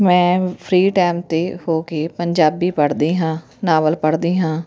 ਮੈਂ free time 'ਤੇ ਹੋ ਕੇ ਪੰਜਾਬੀ ਪੜ੍ਹਦੀ ਹਾਂ ਨਾਵਲ ਪੜ੍ਹਦੀ ਹਾਂ